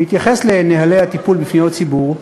בהתייחס לנוהלי הטיפול בפניות ציבור,